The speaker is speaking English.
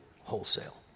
wholesale